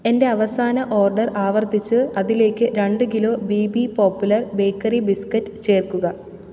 എന്റെ അവസാന ഓർഡർ ആവർത്തിച്ച് അതിലേക്ക് രണ്ട് kilo B B popular bakery biscuit ചേർക്കുക